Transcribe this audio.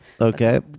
okay